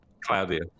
Claudia